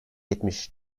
yetmiş